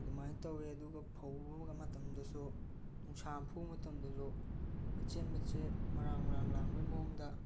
ꯑꯗꯨꯃꯥꯏꯅ ꯇꯧꯋꯦ ꯑꯗꯨꯒ ꯐꯧꯔꯨꯕ ꯃꯇꯝꯗꯁꯨ ꯅꯨꯡꯁꯥꯅ ꯐꯨꯕ ꯃꯇꯝꯗꯁꯨ ꯃꯆꯦꯠ ꯃꯆꯦꯠ ꯃꯔꯥꯡ ꯃꯔꯥꯡ ꯂꯥꯡꯕꯩ ꯃꯑꯣꯡꯗ